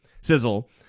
Sizzle